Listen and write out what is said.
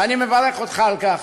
ואני מברך אותך על כך.